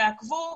יעקבו.